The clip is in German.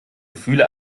gefühle